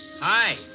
Hi